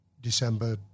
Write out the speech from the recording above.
December